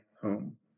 home